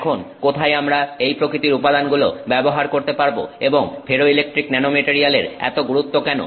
এখন কোথায় আমরা এই প্রকৃতির উপাদানগুলো ব্যবহার করতে পারব এবং ফেরোইলেকট্রিক ন্যানোমেটারিয়াল এর এত গুরুত্ব কেন